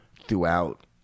throughout